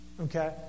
Okay